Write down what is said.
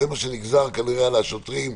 זה מה שנגזר כנראה על השוטרים,